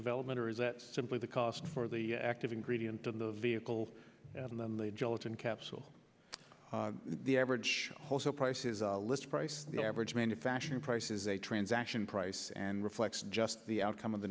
development or is that simply the cost for the active ingredient in the vehicle and then later gelatin capsule the average wholesale price is a list price the average manufacturing price is a transaction price and reflects just the outcome of the